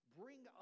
bring